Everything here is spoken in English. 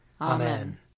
Amen